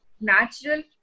natural